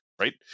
right